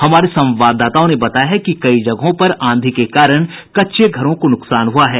हमारे संवाददाताओं ने बताया है कि कई जगहों पर आंधी के कारण कच्चे घरों को नुकसान हुआ है